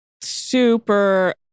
super